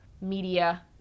media